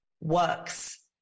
works